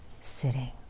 sitting